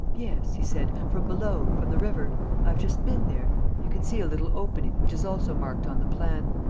yes, he said. from below, from the river i have just been there you can see a little opening, which is also marked on the plan.